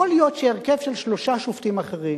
יכול להיות שהרכב של שלושה שופטים אחרים